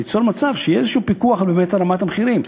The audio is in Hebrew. ליצור מצב שיהיה איזה פיקח על רמת המחירים.